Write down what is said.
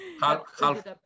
half